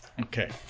Okay